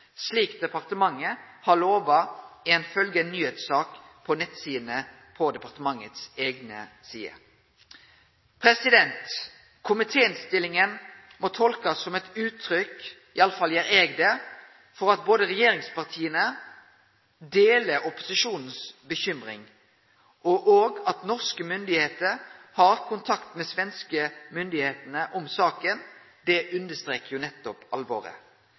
slik departementet har lova ifølgje ei nyheitssak på departementets eigne nettsider. Komitéinnstillinga må tolkast som eit uttrykk for – iallfall gjer eg det – at regjeringspartia deler opposisjonens bekymring, og det at norske myndigheiter har kontakt med svenske myndigheiter om saka, understrekar jo nettopp alvoret.